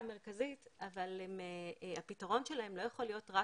מרכזית אבל הפתרון שלהם לא יכול להיות רק